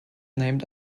named